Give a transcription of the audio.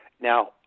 Now